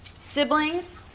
Siblings